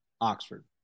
oxford